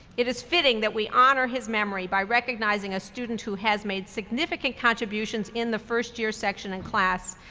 it is fitting that we honor his memory by recognizing a student who has made significant contributions in the first year section and class,